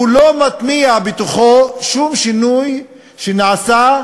הוא לא מתניע בתוכו שום שינוי שנעשה,